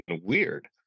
weird